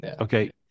Okay